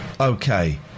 okay